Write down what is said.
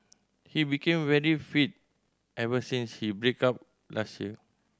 he became very fit ever since he break up last year